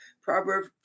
proverb